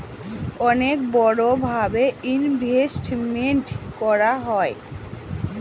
অনেক বড়ো ভাবে ইনভেস্টমেন্ট করা হয়